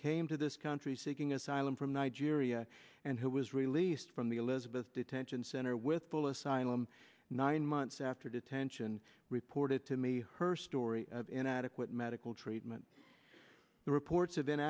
came to this country seeking asylum from nigeria and who was released from the elizabeth detention center with full asylum nine months after detention reported to me her story of inadequate medical treatment the reports of